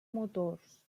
motors